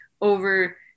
over